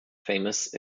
famous